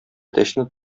әтәчне